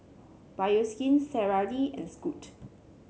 Bioskin Sara Lee and Scoot